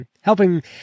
helping